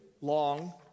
long